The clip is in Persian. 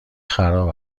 خراب